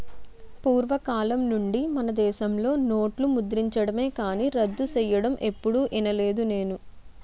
పూర్వకాలం నుండి మనదేశంలో నోట్లు ముద్రించడమే కానీ రద్దు సెయ్యడం ఎప్పుడూ ఇనలేదు నేను